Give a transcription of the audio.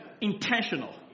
Intentional